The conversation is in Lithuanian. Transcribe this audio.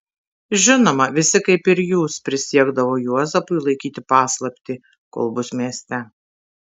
žinoma visi kaip ir jūs prisiekdavo juozapui laikyti paslaptį kol bus mieste